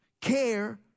Care